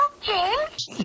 James